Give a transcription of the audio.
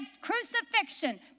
crucifixion